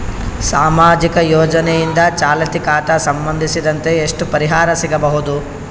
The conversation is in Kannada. ಸಾಮಾಜಿಕ ಯೋಜನೆಯಿಂದ ಚಾಲತಿ ಖಾತಾ ಸಂಬಂಧಿಸಿದಂತೆ ಎಷ್ಟು ಪರಿಹಾರ ಸಿಗಬಹುದು?